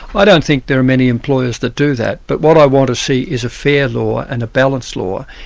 i don't think there are many employers that do that, but what i want to see is a fair law and a balanced law,